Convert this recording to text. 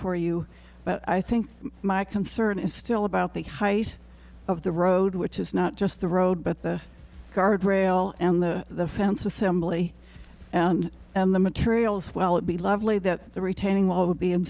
for you but i think my concern is still about the height of the road which is not just the road but the guardrail and the the fence assembly and the materials well it be lovely that the retaining w